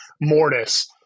Mortis